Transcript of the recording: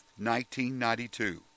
1992